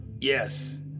Yes